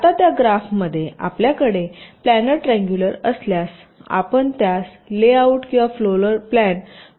आता त्या ग्राफमध्ये आमच्याकडे प्लॅनर ट्रिअंगुलर असल्यास आपण त्यास लेआउट किंवा फ्लोर प्लॅन मॅप बनवू शकता